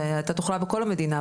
הייתה תחלואה גבוהה בכל המדינה,